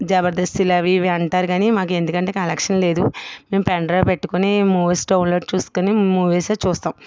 జబర్దస్త్లు అవి ఇవి అంటారు కానీ మాకు ఎందుకంటే కనెక్షన్ లేదు పెన్ డ్రైవ్ పెట్టుకొని మూవీస్ డౌన్లోడ్ చూసుకొని మూవీసే చూస్తాం